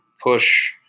push